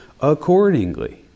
accordingly